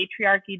patriarchy